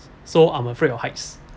so I'm afraid of heights